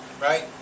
right